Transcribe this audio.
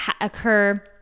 occur